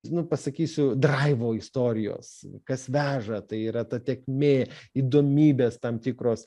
nu pasakysiu draivo istorijos kas veža tai yra ta tėkmė įdomybės tam tikros